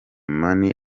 mane